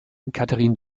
catherine